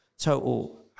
total